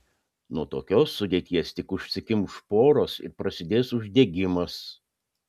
nuo tokios sudėties tik užsikimš poros ir prasidės uždegimas